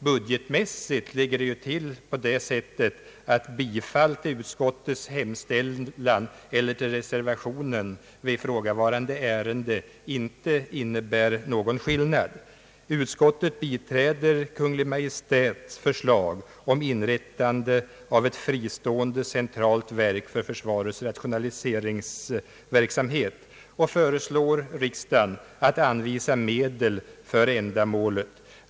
Budgetmässigt ligger det till på det sättet att ett bifall till utskottets hemställan eller ett bifall till reservationen i ifrågavarande ärende inte innebär någon skillnad. Utskottet biträder Kungl. Maj:ts förslag om inrättande av ett fristående centralt verk för försvarets rationaliseringsverksamhet och föreslår riksdagen att anvisa medel för ändamålet.